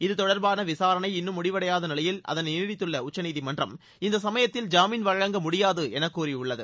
இது தொடர்பான விசாரணை இன்னும் முடிவடையாத நிலையில் அதனை நீடித்துள்ள உச்சநீதிமன்றம் இந்த சமயத்தில் ஜாமீன் வழங்க முடியாது என கூறியுள்ளது